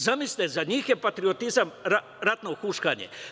Zamislite za njih je patriotizam ratno huškanje.